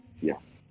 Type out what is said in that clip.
yes